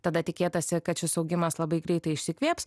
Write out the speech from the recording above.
tada tikėtasi kad šis augimas labai greitai išsikvėps